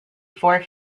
four